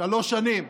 שלוש שנים,